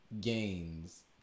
gains